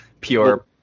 pure